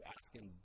asking